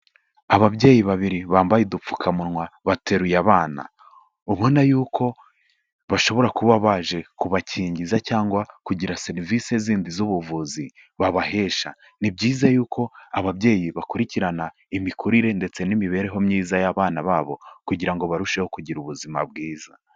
Ababyeyi babiri bambaye udupfukamunwa bateruye abana, ubona yuko bashobora kuba baje kubakingiza cyangwa kugira serivisi zindi z'ubuvuzi babahesha, ni byiza yuko ababyeyi bakurikirana imikurire ndetse n'imibereho myiza y'abana babo, kugira ngo barusheho kugira ubuzima bwiza.